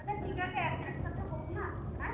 আচ্ছা ঠিক আছে আগে একসাথে হোক না হ্যাঁ